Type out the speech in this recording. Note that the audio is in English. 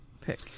pick